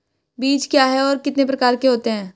बीज क्या है और कितने प्रकार के होते हैं?